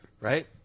right